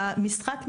המשחק נגמר,